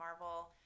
marvel